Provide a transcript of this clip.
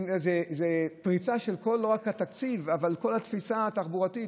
זו פריצה לא רק של התקציב אלא של כל התפיסה התחבורתית.